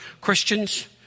Christians